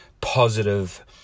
positive